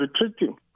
retreating